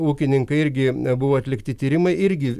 ūkininkai irgi buvo atlikti tyrimai irgi